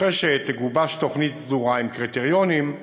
אחרי שתגובש תוכנית סדורה, עם קריטריונים,